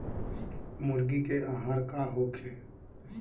मुर्गी के आहार का होखे?